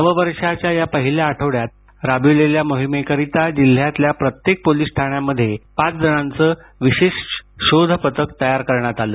नववर्षांच्या या पहिल्या आठवड्यात राबविलेल्या या मोहिमेकरिता जिल्ह्यातल्या प्रत्येक पोलीस ठाण्यांमध्ये पाच जणांच विशेष शोध पथक तयार करण्यात आलं